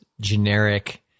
generic